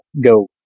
go